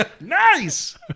Nice